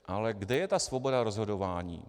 Ale kde je svoboda rozhodování?